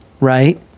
right